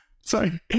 sorry